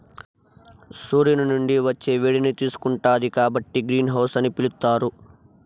సూర్యుని నుండి వచ్చే వేడిని తీసుకుంటాది కాబట్టి గ్రీన్ హౌస్ అని పిలుత్తారు